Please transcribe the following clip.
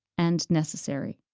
and necessary.